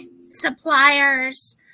suppliers